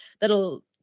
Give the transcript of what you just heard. that'll